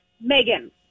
Megan